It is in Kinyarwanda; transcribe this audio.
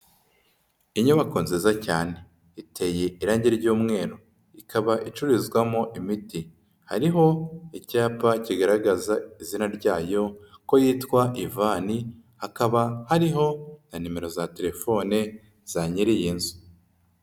Inyubako nziza cyane, iteye irangi ry'umweru ikaba icururizwamo imiti, hariho icyapa kigaragaza izina ryayo ko yitwa ivani, hakaba hariho na nimero za telefone za nyira iyi nzu.